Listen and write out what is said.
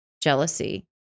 jealousy